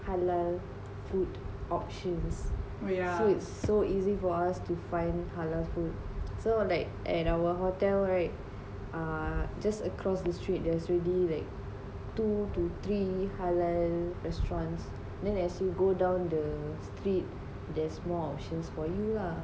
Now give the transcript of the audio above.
halal food options so it's so easy for us to find halal food so like at our hotel right err just across the street there's already like two to three halal restaurants then as you go down the street there is more option for you lah